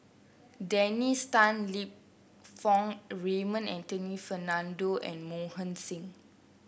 Dennis Tan Lip Fong Raymond Anthony Fernando and Mohan Singh